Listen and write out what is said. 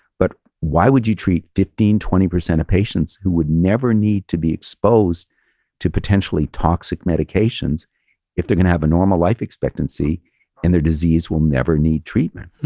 but why would you treat fifteen, twenty percent of patients who would never need to be exposed to potentially toxic medications if they're going to have a normal life expectancy and their disease will never need treatment?